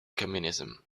communism